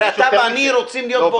הרי אתה ואני רוצים להיות באותו מקום.